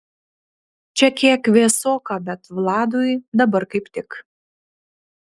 čia kiek vėsoka bet vladui dabar kaip tik